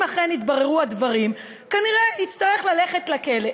אם אכן יתבררו הדברים, כנראה יצטרך ללכת לכלא.